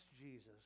Jesus